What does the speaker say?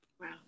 Wow